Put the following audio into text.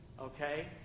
okay